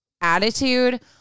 attitude